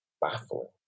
baffling